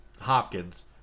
Hopkins